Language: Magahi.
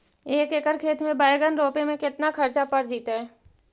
एक एकड़ खेत में बैंगन रोपे में केतना ख़र्चा पड़ जितै?